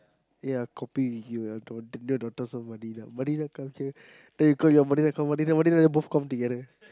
ya copy you your daughter somebody like Madinah culture then you call your Madinah call Madinah Madinah Madinah then both come together